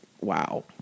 wow